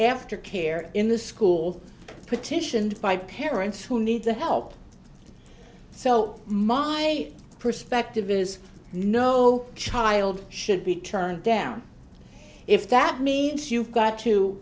aftercare in the school petitioned by parents who need the help so my perspective is no child should be turned down if that means you've got to